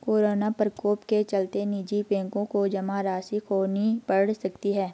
corona प्रकोप के चलते निजी बैंकों को जमा राशि खोनी पढ़ सकती है